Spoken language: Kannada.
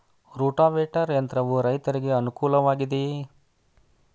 ರೋಟಾವೇಟರ್ ಯಂತ್ರವು ರೈತರಿಗೆ ಅನುಕೂಲ ವಾಗಿದೆಯೇ?